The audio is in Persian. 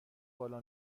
بالا